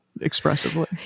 expressively